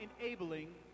enabling